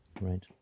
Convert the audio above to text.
Right